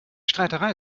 streiterei